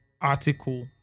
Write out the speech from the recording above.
article